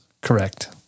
Correct